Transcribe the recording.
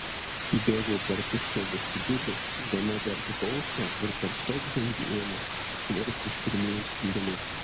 bėgau per tuščią vestibiulį diena dar tik aušo ir per stoglangį ėmė skverbtis pirmieji spinduliai